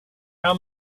how